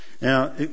Now